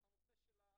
שאחראים על הנושא הזה,